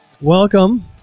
Welcome